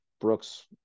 Brooks